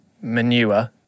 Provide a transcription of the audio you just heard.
manure